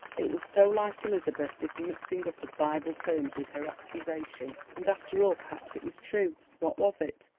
it was so like elizabeth, this mixing up of bible terms with her accusation. and after all perhaps it was true what was it,